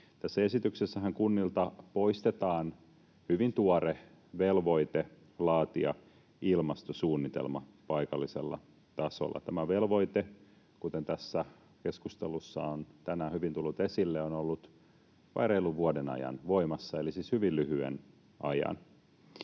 Tässä esityksessähän kunnilta poistetaan hyvin tuore velvoite laatia ilmastosuunnitelma paikallisella tasolla. Tämä velvoite, kuten tässä keskustelussa on tänään hyvin tullut esille, on ollut vain reilun vuoden ajan voimassa eli siis hyvin lyhyen ajan.